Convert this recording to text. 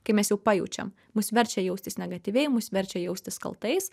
kai mes jau pajaučiam mus verčia jaustis negatyviai mus verčia jaustis kaltais